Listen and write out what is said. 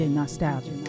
nostalgia